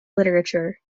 literature